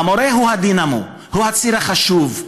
המורה הוא הדינמו, הוא הציר החשוב.